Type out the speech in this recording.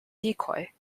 decoy